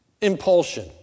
Impulsion